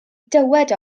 dywed